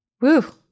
Woo